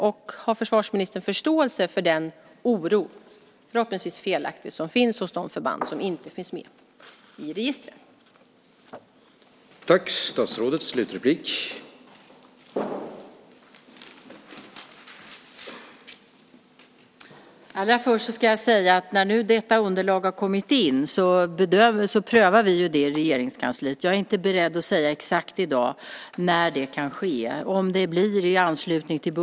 Och har försvarsministern förståelse för den oro, förhoppningsvis felaktig, som finns hos de förband som inte finns med i registret?